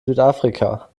südafrika